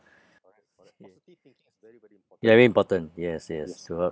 very important yes yes sure